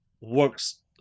works